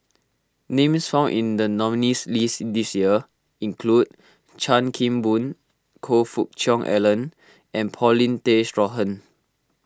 names found in the nominees' list this year include Chan Kim Boon Choe Fook Cheong Alan and Paulin Tay Straughan